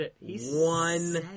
One